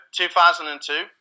2002